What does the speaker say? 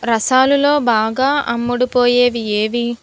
రసాలలో బాగా అమ్ముడుపోయేవి ఏవి